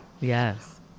Yes